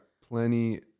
plenty